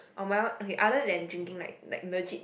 on my own okay other than drinking like like legit